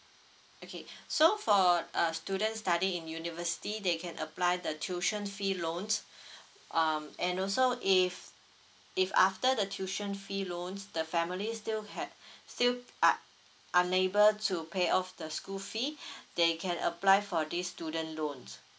okay so for a student study in university they can apply the tuition fee loans um and also if if after the tuition fee loans the family still ha~ still u~ unable to pay off the school fee they can apply for this student loans